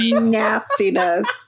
nastiness